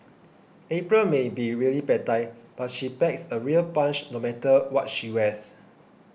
April may be really petite but she packs a real punch no matter what she wears